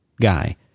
guy